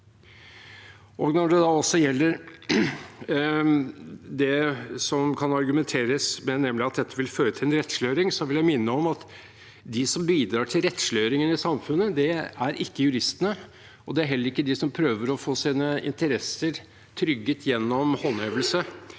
Når det gjelder det som det kan argumenteres med, nemlig at dette vil føre til en rettsliggjøring, vil jeg minne om at de som bidrar til rettsliggjøringen i samfunnet, ikke er juristene, og det er heller ikke de som prøver å få sine interesser trygget gjennom håndhevelse